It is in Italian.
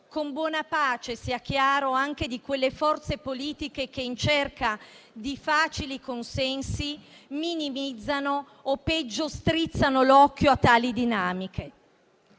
con buona pace, sia chiaro, anche di quelle forze politiche che in cerca di facili consensi minimizzano o, peggio, strizzano l'occhio a tali dinamiche.